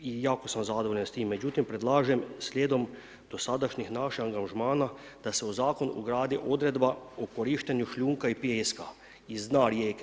jako sam zadovoljan sa tim, međutim predlažem slijedom dosadašnjih naših angažmana da se u zakon ugradi odredba o korištenju šljunka i pijeska iz dna rijeke.